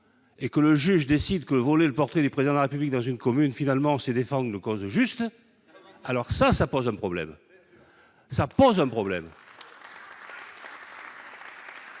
Lorsque le juge décide que voler le portrait du Président de la République dans une commune, finalement, c'est défendre une cause juste, cela pose un problème ! C'est lamentable